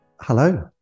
Hello